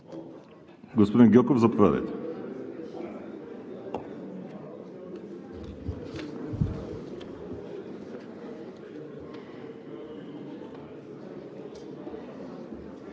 Господин Гьоков, заповядайте.